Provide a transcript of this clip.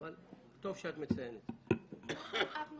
ואפשר לדבר איתה, אבל טוב שאת מציינת.